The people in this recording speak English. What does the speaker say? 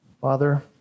Father